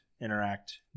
interact